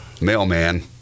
mailman